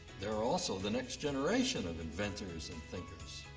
they're also the next generation of inventors and thinkers.